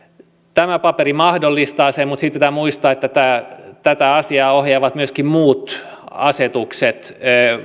tämä paperi mahdollistaa sen mutta sitten pitää muistaa että tätä asiaa ohjaavat myöskin muut asetukset